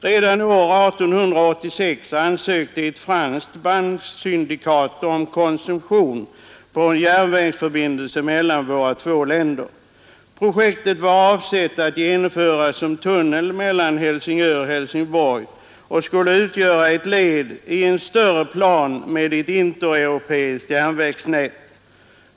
Redan år 1886 ansökte ett franskt banksyndikat om koncession på en järnvägsförbindelse mellan våra två länder. Projektet var avsett att genomföras som tunnel mellan Helsingör och Helsingborg och skulle utgöra ett led i en större plan med ett intereuropeiskt järnvägsnät.